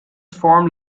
form